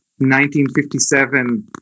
1957